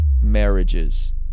marriages